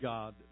God